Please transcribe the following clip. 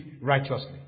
righteously